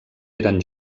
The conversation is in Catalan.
eren